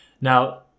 Now